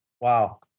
Wow